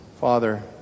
Father